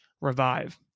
revive